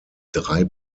drei